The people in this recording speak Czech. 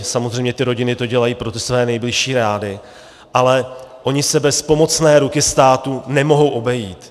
Samozřejmě ty rodiny to dělají pro své nejbližší rády, ale ony se bez pomocné ruky státu nemohou obejít.